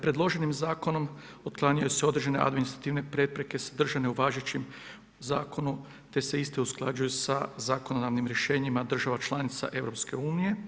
Predloženim zakonom otklanjaju se određene administrativne prepreke sadržane u važećem zakonu te se iste usklađuju sa zakonodavnim rješenjima država članica EU.